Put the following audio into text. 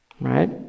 right